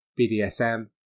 BDSM